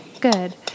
Good